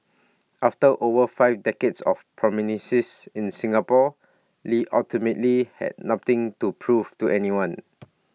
after over five decades of prominence in Singapore lee ultimately had nothing to prove to anyone